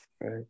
right